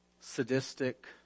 sadistic